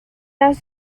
las